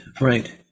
right